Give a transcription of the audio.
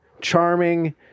charming